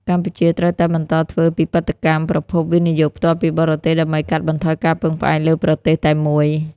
កម្ពុជាត្រូវតែបន្តធ្វើពិពិធកម្ម "ប្រភព វិនិយោគផ្ទាល់ពីបរទេស" ដើម្បីកាត់បន្ថយការពឹងផ្អែកលើប្រទេសតែមួយ។